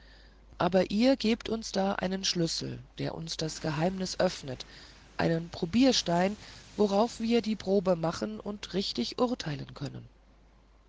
aber ihr gebt uns da einen schlüssel der uns das geheimnis öffnet einen probierstein worauf wir die probe machen und richtig urteilen können